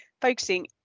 focusing